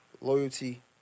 loyalty